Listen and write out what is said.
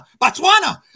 Botswana